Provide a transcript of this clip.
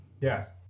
Yes